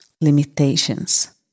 limitations